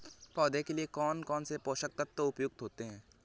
पौधे के लिए कौन कौन से पोषक तत्व उपयुक्त होते हैं?